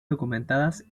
documentadas